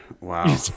Wow